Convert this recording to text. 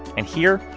and here,